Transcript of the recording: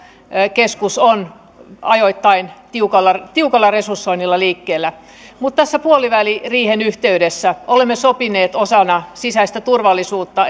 keskus on ajoittain tiukalla tiukalla resursoinnilla liikkeellä mutta puoliväliriihen yhteydessä olemme sopineet osana sisäistä turvallisuutta